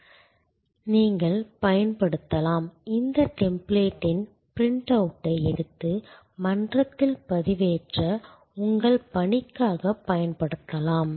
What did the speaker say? நீங்கள் பயன்படுத்தலாம் இந்த டெம்ப்ளேட்டின் பிரிண்ட் அவுட்டை எடுத்து மன்றத்தில் பதிவேற்ற உங்கள் பணிக்காகப் பயன்படுத்தலாம்